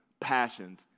passions